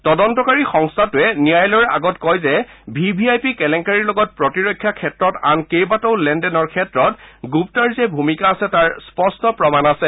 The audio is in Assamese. তদন্তৰাকী সংস্থাটোৱে ন্যায়ালয়ৰ আগত কয় যে ভি ভি আই পি কেলেংকাৰীৰ লগত প্ৰতিৰক্ষা ক্ষেত্ৰত আন কেইবাটাও লেন দেনৰ ক্ষেত্ৰত গুপ্তাৰ যে ভূমিকা আছে তাৰ স্পষ্ট প্ৰমাণ আছে